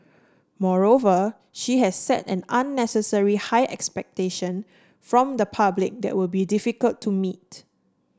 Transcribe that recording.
moreover she has set an unnecessary high expectation from the public that would be difficult to meet